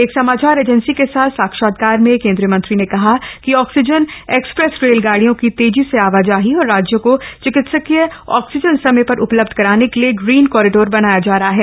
एक समाचार एजेंसी के साथ साक्षात्कार में केंद्रीय मंत्री ने कहा कि ऑक्सीजन एक्सप्रेस रेलगाड़ियों की तेज़ी से आवाजाही और राज्यों को चिकित्सकीय ऑक्सीजन समय पर उपलब्ध कराने के लिए ग्रीन कॉरिडोर बनाया जा रहा है